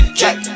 check